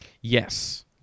Yes